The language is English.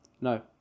no